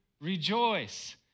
rejoice